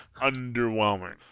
underwhelming